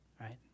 right